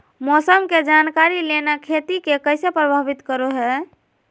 मौसम के जानकारी लेना खेती के कैसे प्रभावित करो है?